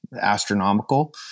astronomical